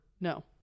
No